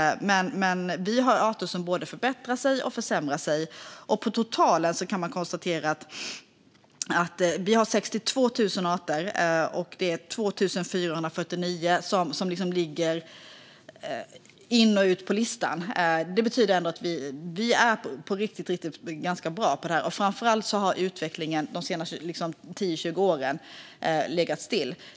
Vi har både arter som förbättrar sig och arter som försämrar sig. På totalen kan man konstatera att vi har 62 000 arter och att det är 2 449 som ligger och åker in och ut på listan. Det betyder ändå att vi på riktigt är ganska bra på detta. Framför allt har utvecklingen de senaste 10-20 åren legat still.